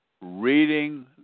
reading